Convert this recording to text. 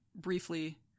briefly